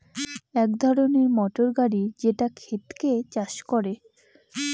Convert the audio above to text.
এক ধরনের মোটর গাড়ি যেটা ক্ষেতকে চাষ করে